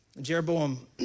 Jeroboam